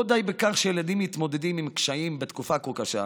לא די בכך שילדים מתמודדים עם קשיים בתקופה כה קשה,